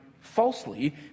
falsely